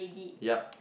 ya